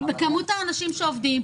מספר האנשים שעובדים.